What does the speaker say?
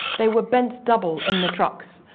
they were bent double in the trucks,